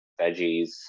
veggies